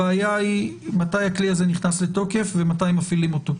הבעיה היא מתי הכלי הזה נכנס לתוקף ומתי מפעילים אותו.